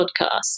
podcast